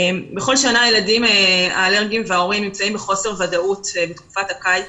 בכל שנה הילדים האלרגיים וההורים נמצאים בחוסר ודאות בתקופת הקיץ